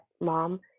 mom